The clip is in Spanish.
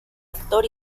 actor